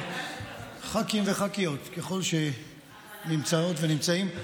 ח"כים וחכ"יות ככל שנמצאות ונמצאים,